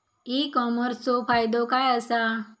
E कॉमर्सचो फायदो काय असा?